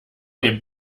dem